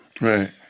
Right